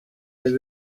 ari